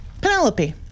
Penelope